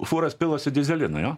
fūras pilasi dyzeliną jo